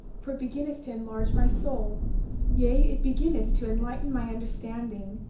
for it beginneth to enlarge my soul yea, it beginneth to enlighten my understanding,